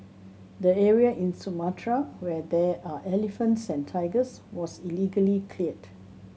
the area in Sumatra where there are elephants and tigers was illegally cleared